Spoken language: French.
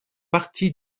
partie